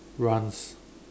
runs